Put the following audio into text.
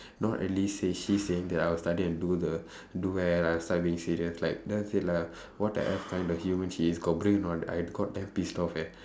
now at least say she's saying that I will study and do the do well last time being serious like then I say lah what the F kind of human she is completely not I got damn pissed off eh